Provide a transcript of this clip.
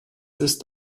ist